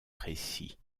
précis